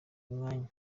umwanya